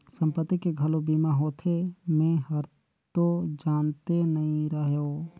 संपत्ति के घलो बीमा होथे? मे हरतो जानते नही रहेव